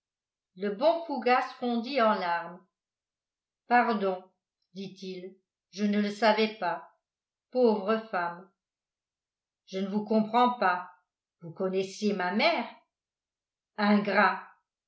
le bon fougas fondit en larmes pardon dit-il je ne le savais pas pauvre femme je ne vous comprends pas vous connaissiez ma mère ingrat